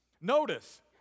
Notice